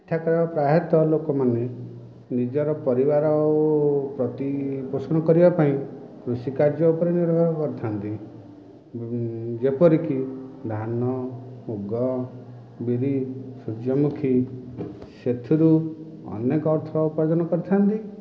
ଏଠାକାର ପ୍ରାୟତଃ ଲୋକମାନେ ନିଜର ପରିବାର ଓ ପ୍ରତିପୋଷଣ କରିବାପାଇଁ କୃଷିକାର୍ଯ୍ୟ ଉପରେ ନିର୍ଭର କରିଥାଆନ୍ତି ଯେପରିକି ଧାନ ମୁଗ ବିରି ସୂର୍ଯ୍ୟମୁଖୀ ସେଥିରୁ ଅନେକ ଅର୍ଥ ଉପାର୍ଜନ କରିଥାଆନ୍ତି